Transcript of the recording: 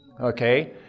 Okay